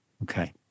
Okay